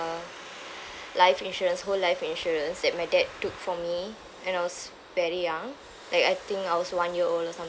life insurance whole life insurance that my dad took for me when I was very young like I think i was one year old or something